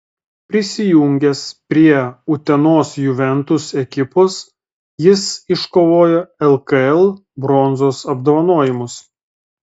prisijungęs prie utenos juventus ekipos jis iškovojo lkl bronzos apdovanojimus